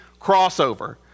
crossover